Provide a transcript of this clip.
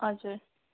हजुर